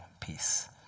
peace